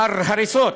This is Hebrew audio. מר הריסות,